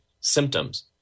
symptoms